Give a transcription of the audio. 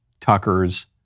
Tucker's